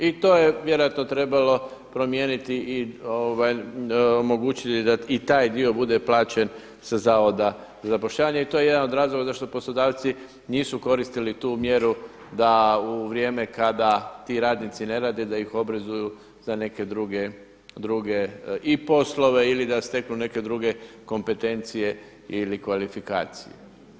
I to je vjerojatno trebalo promijeniti i omogućiti da i taj dio bude plaćen sa Zavoda za zapošljavanje i to je jedan od razloga zašto poslodavci nisu koristili tu mjeru da u vrijeme kada ti radnici ne rade da ih obrazuju za neke druge i poslove ili da steknu neke druge kompetencije ili kvalifikacije.